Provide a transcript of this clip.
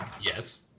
Yes